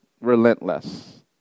relentless